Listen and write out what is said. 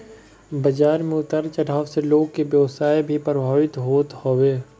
बाजार के उतार चढ़ाव से लोग के व्यवसाय भी प्रभावित होत हवे